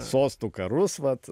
sostų karus vat